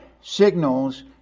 signals